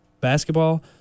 basketball